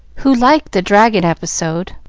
who liked the dragon episode,